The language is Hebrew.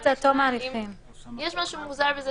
אני ממשיכה בקריאה: